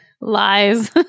Lies